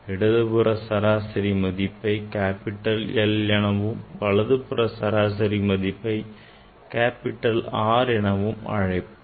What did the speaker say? இடது புற சராசரி மதிப்பை capital L எனவும் வலதுபுறம் மதிப்பை capital R என்று அழைப்போம்